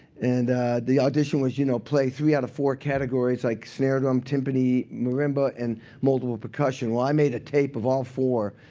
and the audition was you know play three out of four categories, like snare drum, tympani, marimba, and multiple percussion. well, i made a tape of all four,